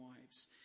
wives